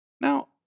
Now